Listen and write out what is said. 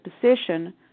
position